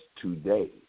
today